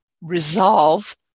resolve